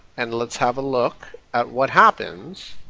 and let's have a look at what happens